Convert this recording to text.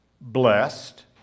blessed